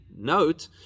note